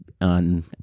on